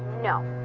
no.